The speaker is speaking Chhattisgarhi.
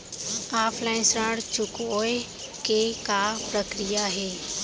ऑफलाइन ऋण चुकोय के का प्रक्रिया हे?